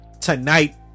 Tonight